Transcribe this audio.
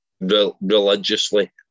religiously